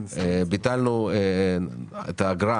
-- ביטלנו את האגרה